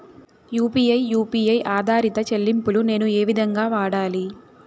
UPI U P I ఆధారిత చెల్లింపులు నేను ఏ విధంగా వాడాలి?